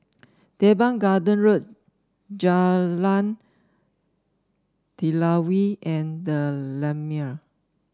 Teban Garden Road Jalan Telawi and the Lumiere